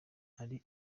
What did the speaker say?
hari